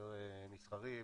יותר מסחרי.